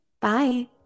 Bye